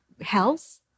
health